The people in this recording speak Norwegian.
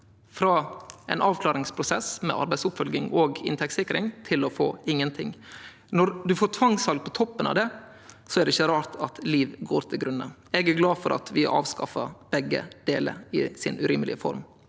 frå ein avklaringsprosess med arbeidsoppfølging og inntektssikring til å få ingenting. Når ein får tvangssal på toppen av det, er det ikkje rart at liv går til grunne. Eg er glad for at vi har avskaffa begge delar i si urimelege form.